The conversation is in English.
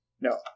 No